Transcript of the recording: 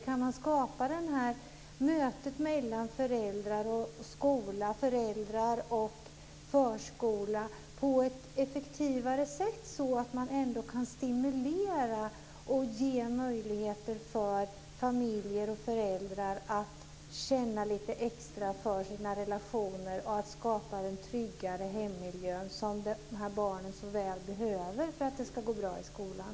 Kan man göra mötet mellan föräldrar och skola och mellan föräldrar och förskola effektivare, så att man kan stimulera och ge möjligheter för familjer och föräldrar att känna lite extra för sina relationer? Därigenom skulle man kunna skapa en tryggare hemmiljö, vilket de här barnen såväl behöver för att det ska gå bra i skolan.